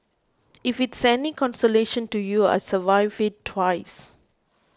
if it's any consolation to you I survived it twice